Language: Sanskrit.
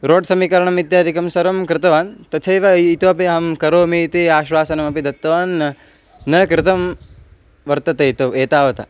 रोड् समीकरणम् इत्यादिकं सर्वं कृतवान् तथैव इतोपि अहं करोमि इति आश्वासनमपि दत्तवान् न कृतं वर्तते इति एतावता